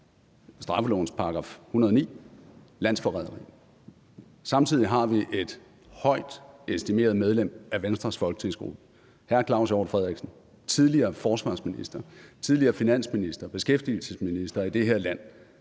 straffelovens § 109 om landsforræderi. Samtidig har vi et højt estimeret medlem af Venstres folketingsgruppe, hr. Claus Hjort Frederiksen, tidligere forsvarsminister, tidligere finansminister og beskæftigelsesminister i det her land